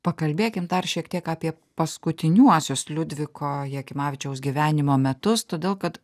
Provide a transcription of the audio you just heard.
pakalbėkim dar šiek tiek apie paskutiniuosius liudviko jakimavičiaus gyvenimo metus todėl kad